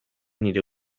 nire